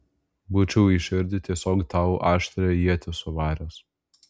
būčiau į širdį tiesiog tau aštrią ietį suvaręs